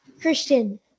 Christian